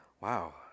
Wow